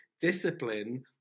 discipline